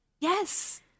Yes